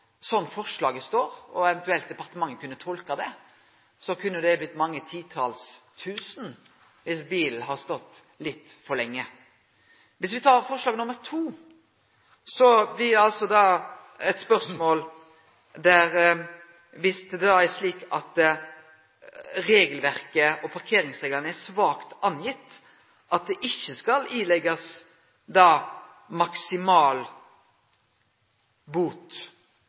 forslaget står, og slik eventuelt departementet kunne tolke det, kunne det blitt mange titals tusen dersom bilen har stått litt for lenge. Dersom me ser på forslag nr. 2, står det der at dersom regelverket og parkeringsreglane er «svakt angitt», skal det ikkje skrivast ut maksimal bot. Dersom det er slik at det